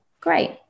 great